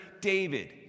David